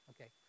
Okay